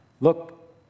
Look